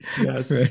Yes